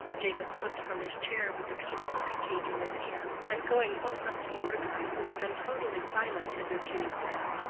jacob slipped from his chair with the piece of sweet-cake in his hand, and going close up to mordecai, who had been totally silent hitherto, said,